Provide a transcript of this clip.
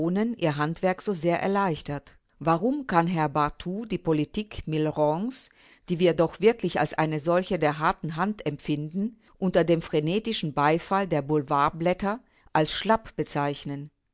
ihr handwerk so sehr erleichtert warum kann herr barthou die politik millerands die wir doch wirklich als eine solche der harten hand empfinden unter dem frenetischen beifall der boulevardblätter als schlapp bezeichnen